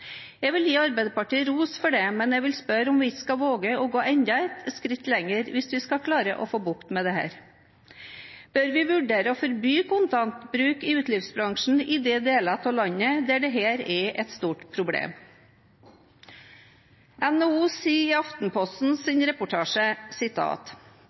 Jeg vil gi Arbeiderpartiet ros for det, men jeg vil spørre om vi ikke skal våge å gå enda et skritt lenger, hvis vi skal klare å få bukt med dette. Bør vi vurdere å forby kontantbruk i utelivsbransjen i de deler av landet der dette er et stort problem? NHO sier i Aftenpostens reportasje: